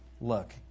Look